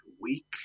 weak